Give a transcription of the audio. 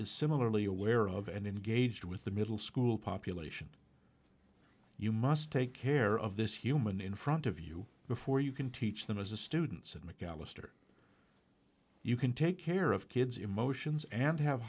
is similarly aware of and engaged with the middle school population you must take care of this human in front of you before you can teach them as a students of mcalester you can take care of kids emotions and have